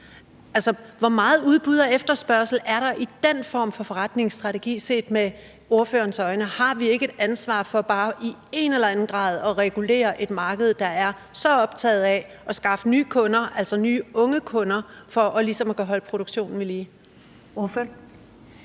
hvor meget udbud og efterspørgsel er der i den form for forretningsstrategi set med ordførerens øjne? Har vi ikke et ansvar for bare i en eller anden grad at regulere et marked, der er så optaget af at skaffe nye kunder, altså nye unge kunder, for ligesom at kunne holde produktionen ved lige? Kl.